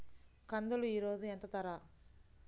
కందులు ఈరోజు ఎంత ధర?